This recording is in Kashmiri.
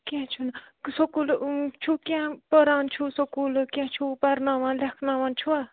کینٛہہ چھُ نہٕ سکولہ چھو کینٛہہ پران چھو سکوٗلہ کینٛہہ چھو پرناوان لیٚکھناوان چھوَ